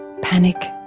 panic,